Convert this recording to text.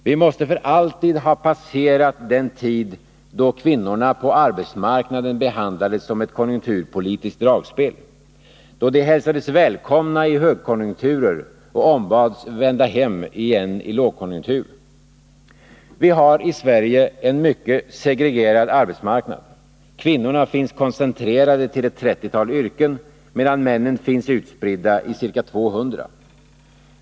Vi måste för alltid ha passerat den tid då kvinnorna på arbetsmarknaden behandlades som ett konjunkturpolitiskt dragspel, då de hälsades välkomna i högkonjunkturer och ombads vända hem igen i lågkonjunktur. Vi har i Sverige en mycket segregerad arbetsmarknad. Kvinnorna finns koncentrerade till ett trettiotal yrken medan männen finns utspridda på ca 200.